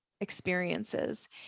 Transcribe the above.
experiences